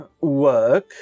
work